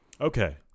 Okay